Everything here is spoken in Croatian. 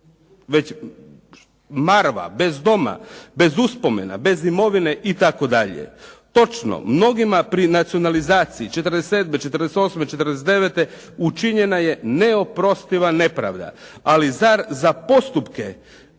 već marva bez doma, bez uspomena, bez imovine itd. Točno, mnogima pri nacionalizaciji '47., '48., '49. učinjena je neoprostiva nepravda, ali zar za postupke